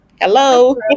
Hello